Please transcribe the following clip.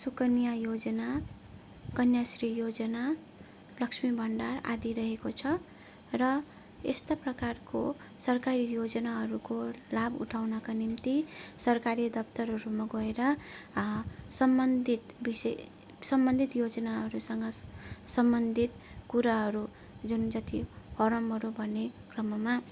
सुकन्या योजना कन्याश्री योजना लक्ष्मी भण्डार आदि रहेको छ र यस्ता प्रकारको सरकारी योजनाहरूको लाभ उठाउनका निम्ति सरकारी दफ्तरहरूमा गएर सम्बन्धित विषय सम्बन्धित योजनाहरूसँग सम्बन्धित कुराहरू जुन जति फर्महरू भर्ने क्रममा